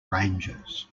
ranges